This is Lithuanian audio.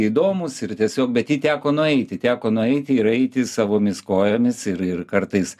įdomus ir tiesiog bet jį teko nueiti teko nueiti ir eiti savomis kojomis ir ir kartais